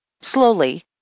Slowly